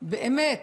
באמת,